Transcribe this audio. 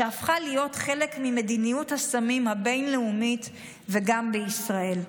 שהפכה להיות חלק ממדיניות הסמים הבין-לאומית וגם בישראל.